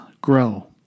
grow